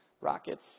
rockets